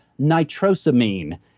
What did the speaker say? nitrosamine